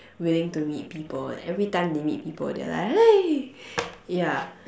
willing to meet people and every time they meet people they're like !hey! ya